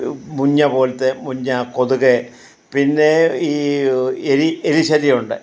ഈ മുഞ്ഞ പോലത്തെ മുഞ്ഞ കൊതുക് പിന്നെ ഈ എലി എലി ശല്യമുണ്ട്